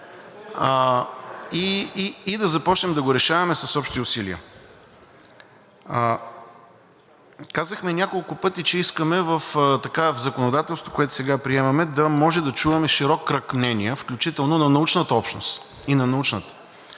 и да започнем да го решаваме с общи усилия. Казахме няколко пъти, че искаме в законодателството, което сега приемаме, да можем да чуваме широк кръг мнения, включително и на научната общност. В Доклада